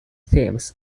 themes